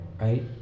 right